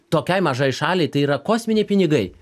tokiai mažai šaliai tai yra kosminiai pinigai